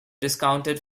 discounted